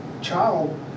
child